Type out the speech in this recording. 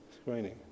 screening